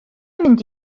mynd